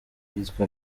yitwa